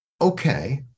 Okay